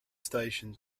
station